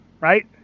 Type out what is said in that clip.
Right